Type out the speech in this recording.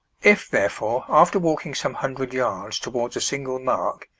if, therefore, after walking some hundred yards towards a single mark,